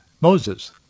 Moses